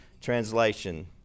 translation